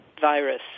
virus